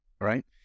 right